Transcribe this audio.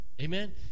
Amen